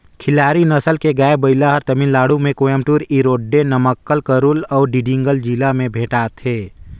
खिल्लार नसल के गाय, बइला हर तमिलनाडु में कोयम्बटूर, इरोडे, नमक्कल, करूल अउ डिंडिगल जिला में भेंटाथे